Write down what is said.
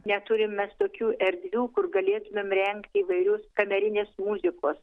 neturim mes tokių erdvių kur galėtumėm rengti įvairius kamerinės muzikos